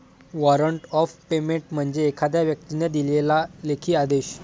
warrant of payment म्हणजे एखाद्या व्यक्तीने दिलेला लेखी आदेश